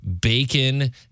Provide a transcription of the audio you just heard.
bacon